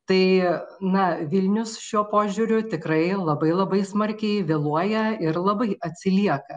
tai na vilnius šiuo požiūriu tikrai labai labai smarkiai vėluoja ir labai atsilieka